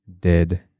Dead